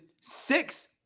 six